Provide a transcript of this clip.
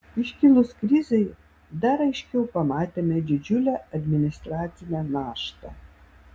iškilus krizei dar aiškiau pamatėme didžiulę administracinę naštą